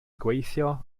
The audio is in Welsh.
gweithio